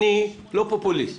אני לא פופוליסט.